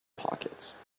pockets